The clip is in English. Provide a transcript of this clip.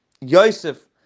Yosef